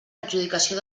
adjudicació